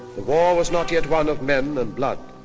the war was not yet one of men and blood.